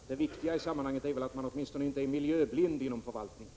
Fru talman! Det viktiga i sammanhanget är väl att man åtminstone inte är miljöblind inom förvaltningen.